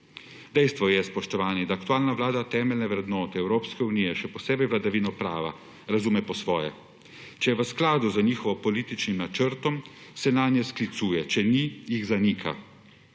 Dejstvo je, spoštovani, da aktualna vlada temeljne vrednote Evropske unije, še posebej vladavino prava, razume po svoje. Če je v skladu z njihovim političnim načrtom, se nanje sklicuje, če ni, jih zanika.